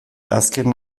azken